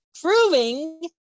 proving